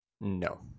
no